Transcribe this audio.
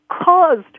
caused